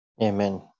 Amen